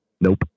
Nope